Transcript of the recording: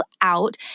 out